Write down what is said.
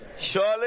Surely